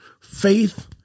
Faith